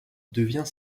devient